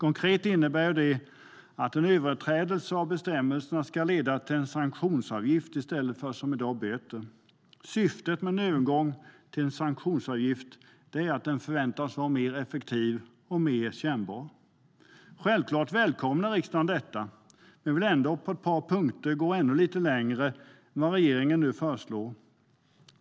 Det innebär konkret att en överträdelse av bestämmelserna ska leda till en sanktionsavgift i stället för, som i dag, böter. Syftet med en övergång till en sanktionsavgift i stället för böter är att en sanktionsavgift förväntas vara mer effektiv och mer kännbar. Självklart välkomnar riksdagen detta, men vi vill på ett par punkter gå ännu lite längre än vad regeringen nu föreslår.